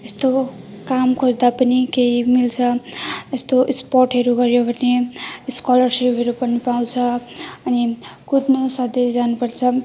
यस्तो काम गर्दा पनि केही मिल्छ यस्तो स्पोर्टहरू गऱ्यो भने स्कलरसिपहरू पनि पाउँछ अनि कुद्नु सधैँ जानुपर्छ